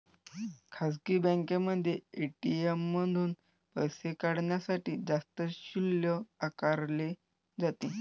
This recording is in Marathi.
खासगी बँकांमध्ये ए.टी.एम मधून पैसे काढण्यासाठी जास्त शुल्क आकारले जाते